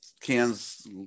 cans